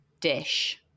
dish